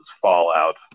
fallout